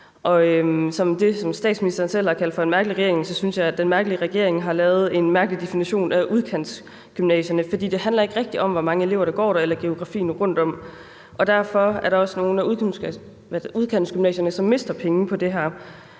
Statsministeren har selv kaldt regeringen for en mærkelig regering, og så synes jeg, at den mærkelige regering har lavet en mærkelig definition af udkantsgymnasierne. For det handler ikke rigtig om, hvor mange elever der går der, eller om geografien rundt om dem. Derfor er der også nogle af udkantsgymnasierne, som mister penge på det her.